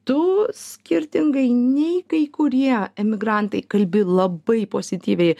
tu skirtingai nei kai kurie emigrantai kalbi labai pozityviai